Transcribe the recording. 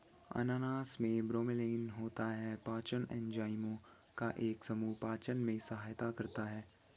अनानास में ब्रोमेलैन होता है, पाचन एंजाइमों का एक समूह पाचन में सहायता करता है